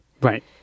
right